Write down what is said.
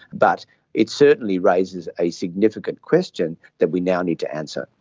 but it certainly raises a significant question that we now need to answer.